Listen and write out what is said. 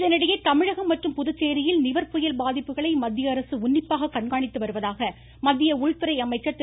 அமித்ஷா இதனிடையே தமிழகம் மற்றும் புதுச்சேரியில் நிவர் புயல் பாதிப்புகளை மத்திய அரசு உன்னிப்பாக கண்காணித்து வருவதாக மத்திய உள்துறை அமைச்சா் திரு